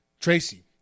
Tracy